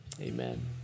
Amen